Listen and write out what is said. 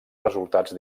resultats